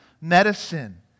medicine